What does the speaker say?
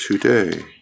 today